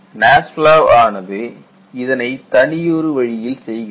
NASFLA ஆனது இதனை தனி ஒரு வழியில் செய்கிறது